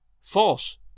false